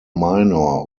minor